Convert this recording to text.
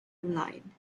online